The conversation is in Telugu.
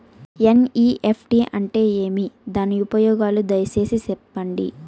ఎన్.ఇ.ఎఫ్.టి అంటే ఏమి? దాని ఉపయోగాలు దయసేసి సెప్పండి?